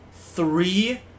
three